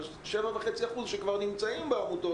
7.5% שכבר נמצאים בעמותות